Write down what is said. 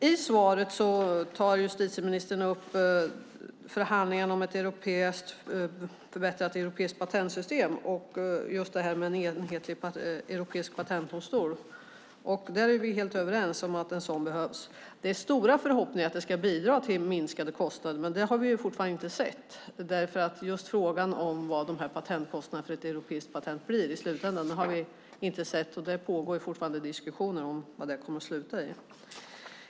I svaret tar justitieministern upp förhandlingarna om ett förbättrat europeiskt patentsystem och just en enhetlig europeisk patentdomstol. Vi är helt överens om att en sådan behövs. Det finns stora förhoppningar om att den ska bidra till minskade kostnader, men just vad kostnaderna för ett europeiskt patent blir i slutändan har vi inte sett. Det pågår fortfarande diskussioner om vad det kommer att sluta på.